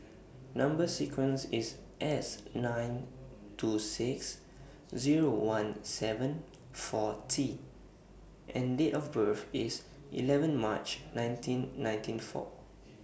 Number sequence IS S nine two six Zero one seven four T and Date of birth IS eleven March nineteen ninety four